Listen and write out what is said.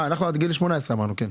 כן.